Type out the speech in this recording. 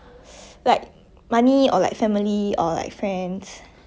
like money or like family or like friends